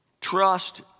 Trust